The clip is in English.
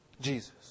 Jesus